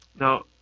Now